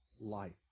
life